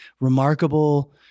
remarkable